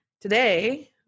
Today